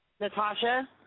Natasha